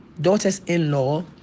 daughters-in-law